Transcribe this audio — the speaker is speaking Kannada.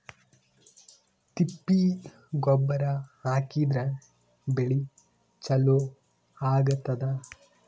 ತಿಪ್ಪಿ ಗೊಬ್ಬರ ಹಾಕಿದ್ರ ಬೆಳಿ ಚಲೋ ಆಗತದ?